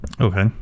Okay